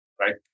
Right